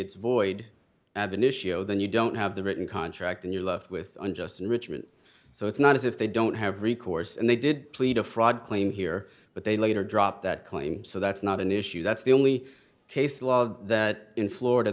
it's void ab initio then you don't have the written contract and you're left with unjust enrichment so it's not as if they don't have recourse and they did plead a fraud claim here but they later dropped that claim so that's not an issue that's the only case law that in florida